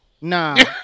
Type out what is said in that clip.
Nah